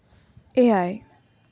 ᱮᱭᱟᱭ